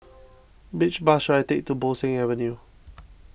which bus should I take to Bo Seng Avenue